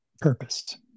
purpose